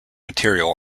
material